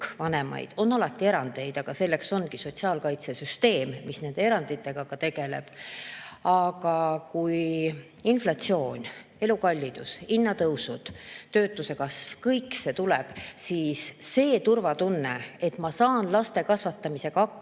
On muidugi alati erandeid, aga selleks ongi sotsiaalkaitsesüsteem, mis nende eranditega tegeleb. Aga inflatsioon, elukallidus, hinnatõusud, töötuse kasv – kui kõik see tuleb, siis turvatunne, et ma saan laste kasvatamisega